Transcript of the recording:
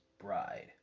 bride